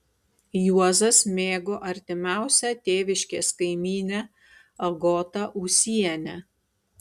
juozas mėgo artimiausią tėviškės kaimynę agotą ūsienę